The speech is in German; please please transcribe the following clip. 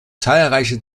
zahlreiche